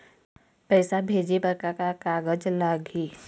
पैसा भेजे बर का का कागज लगही?